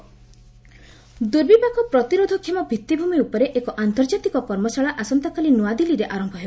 works disaster ଦୁର୍ବିପାକ ପ୍ରତିରୋଧକ୍ଷମ ଭିତ୍ତିଭୂମି ଉପରେ ଏକ ଆନ୍ତର୍ଜାତିକ କର୍ମଶାଳା ଆସନ୍ତାକାଲି ନୁଆଦିଲ୍ଲୀରେ ଆରମ୍ଭ ହେବ